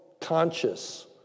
conscious